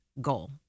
goal